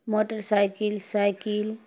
motor cycle cycle